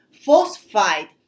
falsified